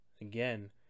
Again